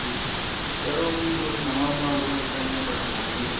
ठीक ऐ चलो भी तुस नमां गै बनाई ओड़ो एह्का इ'यां बी बड़ा पराना होई गेदा